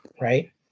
Right